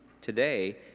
today